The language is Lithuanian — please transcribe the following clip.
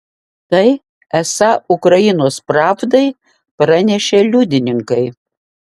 tai esą ukrainos pravdai pranešė liudininkai